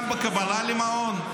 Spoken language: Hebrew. גם בקבלת המעון,